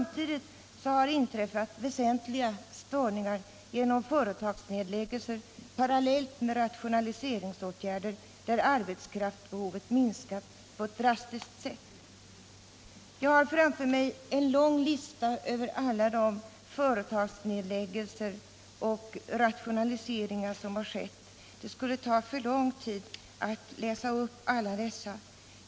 Samtidigt har inträffat väsentliga störningar genom företagsnedläggelser parallellt med rationaliseringsåtgärder, vilket gjort att arbetskraftsbehovet minskat på ett drastiskt sätt. Nr 17 Jag har framför mig en lång lista över alla de företagsnedläggelser Torsdagen den och rationaliseringar som har skett, men det skulle ta för lång tid att 27 oktober 1977 läsa upp alla dessa.